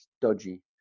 dodgy